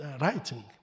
writing